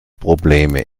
probleme